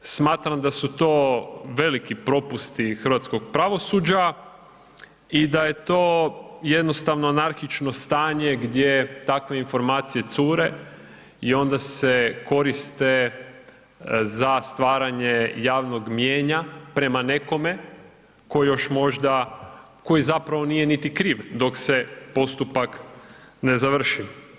Smatram da su to veliki propusti hrvatskog pravosuđa i da je to jednostavno anarhično stanje gdje takve informacije cure i onda se koriste za stvaranje javnog mijenja prema nekome tko još možda, tko zapravo nije niti kriv dok se postupak ne završi.